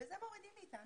ואת זה מורידים מאתנו.